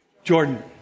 Jordan